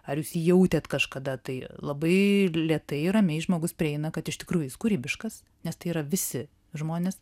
ar jūs jautėt kažkada tai labai lėtai ramiai žmogus prieina kad iš tikrųjų jis kūrybiškas nes tai yra visi žmonės